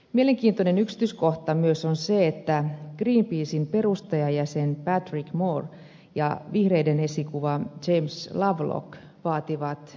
mielenkiintoinen yksityiskohta myös on se että greenpeacen perustajajäsen patrick moore ja vihreiden esikuva james lovelock vaativat lisäydinvoiman rakentamista